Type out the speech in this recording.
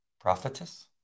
prophetess